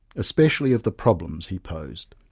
especially of the problems he posed.